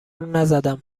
نزدم